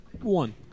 One